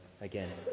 again